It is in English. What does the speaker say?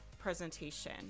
presentation